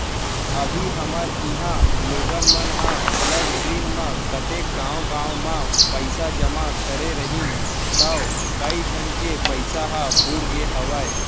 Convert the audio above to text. अभी हमर इहॉं लोगन मन ह प्लस ग्रीन म कतेक गॉंव गॉंव म पइसा जमा करे रहिन तौ कइ झन के पइसा ह बुड़गे हवय